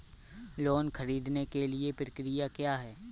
Loan ख़रीदने के लिए प्रक्रिया क्या है?